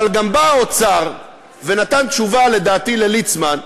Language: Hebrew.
אבל גם בא האוצר ונתן תשובה, לדעתי לליצמן,